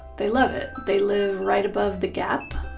they love it! they live right above the gap,